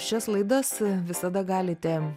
šias laidas visada galite